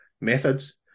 methods